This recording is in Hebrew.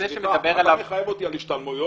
סליחה, אתה מחייב אותי בהשתלמויות,